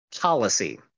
policy